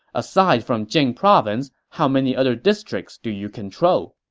aside from jing province, how many other districts do you control?